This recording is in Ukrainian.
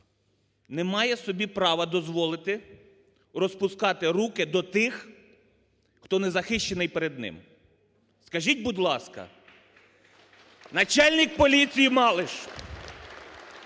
не має собі права дозволити розпускати руки до тих, хто не захищений перед ними. Скажіть, будь ласка, начальник поліції Малиш,